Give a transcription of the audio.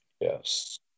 Yes